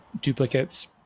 duplicates